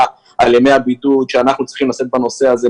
על ימי הבידוד וזאת כאשר אנחנו צריכים לשאת בנושא הזה.